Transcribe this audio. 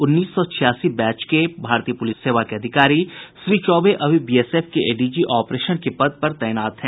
उन्नीस सौ छियासी बैच के भारतीय पुलिस सेवा के अधिकारी श्री चौबे अभी बीएसएफ के एडीजी ऑपरेशन के पद पर तैनात हैं